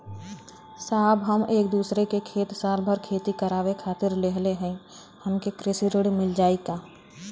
साहब हम दूसरे क खेत साल भर खेती करावे खातिर लेहले हई हमके कृषि ऋण मिल जाई का?